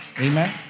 Amen